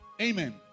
Amen